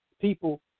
people